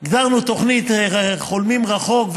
הגדרנו תוכנית "חולמים רחוק",